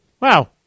Wow